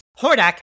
Hordak